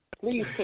Please